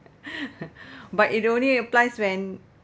but it only applies when